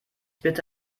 bitte